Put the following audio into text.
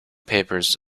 papers